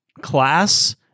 class